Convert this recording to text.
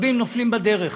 נופלים בדרך,